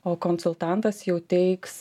o konsultantas jau teiks